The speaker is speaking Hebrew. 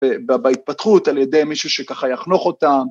‫בהתפתחות על ידי מישהו ‫שככה יחנוך אותם.